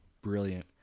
Brilliant